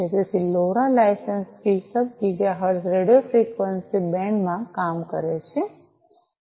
તેથી LoRa license free sub gigahertz radio frequency band માં કામ કરે છે